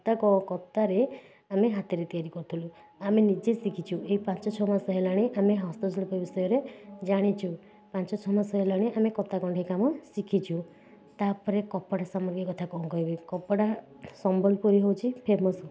କତା କ କତାରେ ଆମେ ହାତରେ ତିଆରି କରଥିଲୁ ଆମେ ନିଜେ ଶିଖିଛୁ ଏହି ପାଞ୍ଚ ଛଅ ମାସ ହେଲାଣି ଆମେ ହସ୍ତଶିଳ୍ପ ବିଷୟରେ ଜାଣିଛୁ ପାଞ୍ଚ ଛଅ ମାସ ହେଲାଣି ଆମେ କତା କଣ୍ଢେଇ କାମ ଶିଖିଛୁ ତା'ପରେ କପଡ଼ା ସାମଗ୍ରୀ କଥା କ'ଣ କହିବି କପଡ଼ା ସମ୍ବଲପୁରୀ ହେଉଛି ଫେମସ୍